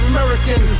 American